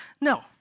No